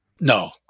No